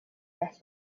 guess